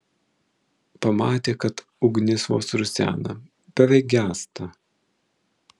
pamatė kad ugnis vos rusena beveik gęsta